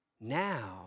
Now